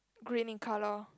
green in colour